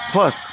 Plus